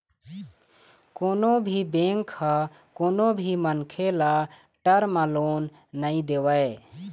कोनो भी बेंक ह कोनो भी मनखे ल टर्म लोन नइ देवय